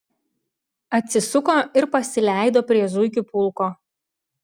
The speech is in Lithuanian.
atsisuko ir pasileido prie zuikių pulko